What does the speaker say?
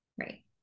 right